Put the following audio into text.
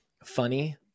funny